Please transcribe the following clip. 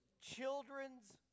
Children's